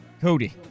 Cody